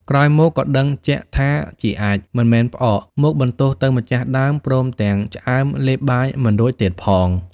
ក្រោយមកក៏ដឹងជាក់ថាជាអាចម៏មិនមែនផ្អក មកបន្ទោសទៅម្ចាស់ដើមព្រមទាំងឆ្អើមលេបបាយមិនរួចទៀតផង។